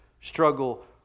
struggle